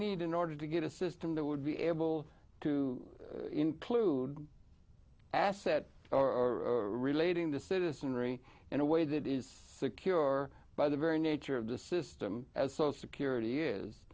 need in order to get a system that would be able to include asset or relating the citizenry in a way that is secure by the very nature of the system as so security is